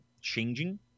changing